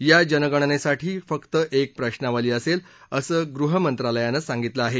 या जनगणनेसाठी फक्त एक प्रशावली असेल असं गृहमंत्रालयानं सांगितलं आहे